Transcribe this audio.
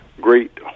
great